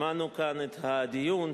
שמענו כאן את הדיון,